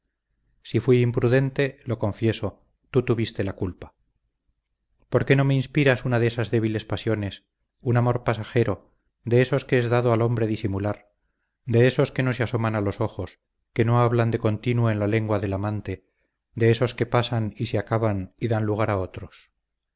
si fui imprudente lo confieso tú tuviste la culpa por qué no me inspiras una de esas débiles pasiones un amor pasajero de esos que es dado al hombre disimular de esos que no se asoman a los ojos que no hablan de continuo en la lengua del amante de esos que pasan y se acaban y dan lugar a otros